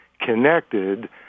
connected